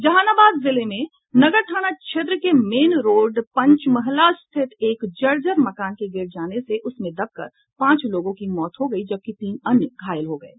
जहानाबाद जिले में नगर थाना क्षेत्र के मेन रोड पंचमहला स्थित एक जर्जर मकान के गिर जाने से उसमें दबकर पांच लोगों की मौत हो गई जबकि तीन अन्य घायल हो गये